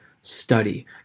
study